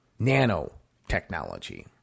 nanotechnology